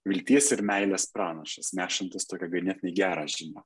vilties ir meilės pranašas nešantis tokią ganėtinai gerą žinią